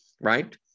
right